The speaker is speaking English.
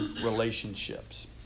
relationships